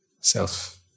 self